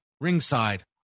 ringside